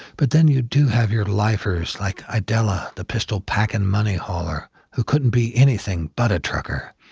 but then you do have your lifers like idella the pistol packin' money hauler, who couldn't be anything but a trucker,